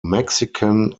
mexican